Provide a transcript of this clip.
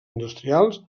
industrials